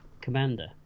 commander